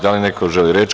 Da li neko želi reč?